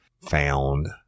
found